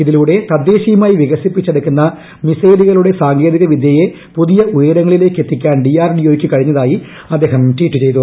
ഇതിലൂടെ തദ്ദേശീയമായി വികസിപ്പിച്ചുടുക്കുന്ന മിസൈലുകളുടെ സാങ്കേതിക വിദ്ദീയ്ക് പുതിയ ഉയരങ്ങളിലേക്ക് എത്തിക്കാൻ ക്ട്രിക്ക് ആയതായി അദ്ദേഹം ട്വീറ്റ് ചെയ്തു